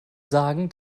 sagen